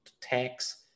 tax